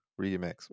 remix